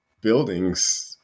buildings